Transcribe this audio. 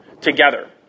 together